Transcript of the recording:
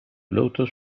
lotus